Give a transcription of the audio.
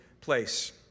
place